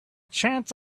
chance